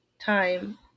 time